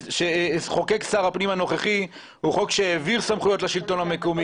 שחוקק שר הפנים הנוכחי הוא העביר סמכויות לשלטון המקומי.